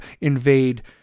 invade